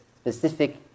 specific